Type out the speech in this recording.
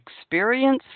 experience